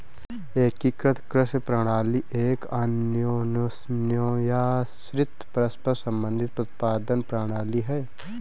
एकीकृत कृषि प्रणाली एक अन्योन्याश्रित, परस्पर संबंधित उत्पादन प्रणाली है